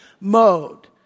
mode